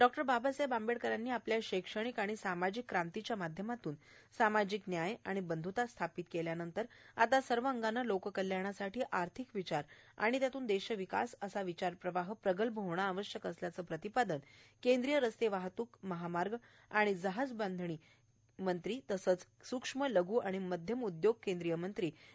डॉ बाबासाहेब आंबेडकरांनी आपल्या शैक्षणिक व सामाजिक क्रांतीच्या माध्यमातून सामाजिक न्याय बंध्ता प्रस्थापित केल्यानंतर आता सर्व अंगाने लोककल्याणासाठी आर्थिक विचार व त्यातून देशविकास असा विचारप्रवाह प्रगल्भ होणे आवश्यक आहे असे प्रतिपादन केंद्रीय रस्ते वाहतूक महामार्ग व जहाजबांधणी आणि केंद्रीय सूक्ष्म लघू व मध्यम उद्योग मंत्री श्री